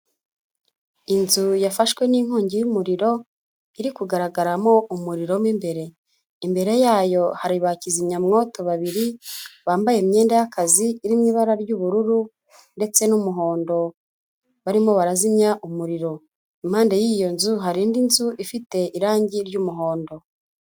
Inzu yafashwe n'inkongi y'umuriro, iri kugaragaramo umuriro mo imbere, imbere yayo hari ba kizimyamwoto babiri bambaye imyenda y'akazi irimo ibara ry'ubururu ndetse n'umuhondo, barimo barazimya umuriro, impande y'iyo nzu hari indi nzu ifite irangi ry'umuhondo.